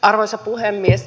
arvoisa puhemies